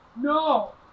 no